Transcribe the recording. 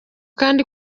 kandi